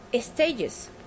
stages